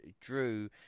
Drew